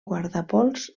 guardapols